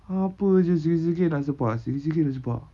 apa jer sikit-sikit nak sepak sikit-sikit nak sepak